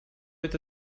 это